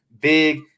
big